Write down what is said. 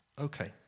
Okay